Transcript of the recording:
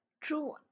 True